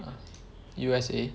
uh U_S_A